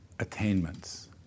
attainments